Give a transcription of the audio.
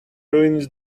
ruins